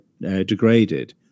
degraded